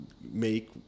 Make